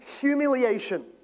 humiliation